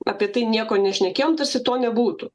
apie tai nieko nešnekėjom tarsi to nebūtų